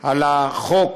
על החוק